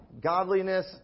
godliness